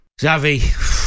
Xavi